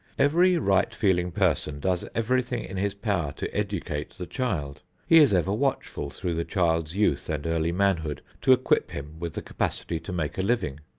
every right-feeling person does everything in his power to educate the child. he is ever watchful through the child's youth and early manhood to equip him with the capacity to make a living.